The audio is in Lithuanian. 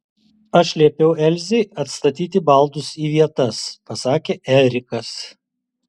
aš liepiau elzei atstatyti baldus į vietas pasakė erikas